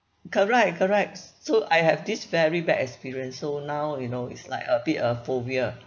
correct correct so I have this very bad experience so now you know it's like a bit a phobia